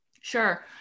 Sure